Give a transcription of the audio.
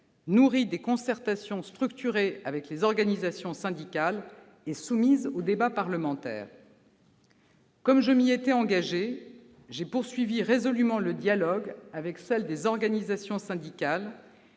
nourries de concertations structurées avec les organisations syndicales, et soumises au débat parlementaire. Comme je m'y étais engagée, j'ai résolument poursuivi le dialogue avec celles des organisations syndicales